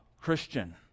Christian